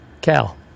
Cal